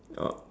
oh